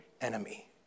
enemy